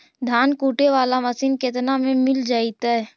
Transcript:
धान कुटे बाला मशीन केतना में मिल जइतै?